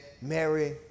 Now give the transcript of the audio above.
Mary